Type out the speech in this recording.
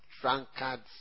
drunkards